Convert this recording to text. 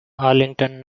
arlington